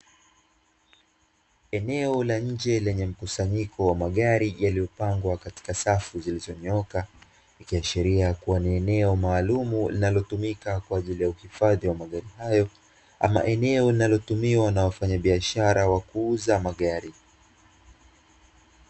Eneo la nje lenye mkusanyiko wa magari yaliyopangwa katika safu zilizonyooka, ikiashiria kuwa ni eneo maalumu linalotumika kwa ajili ya uhifadhi wa magari hayo ama eneo linalotumiwa na wafanyabiashara wa kuuza magari.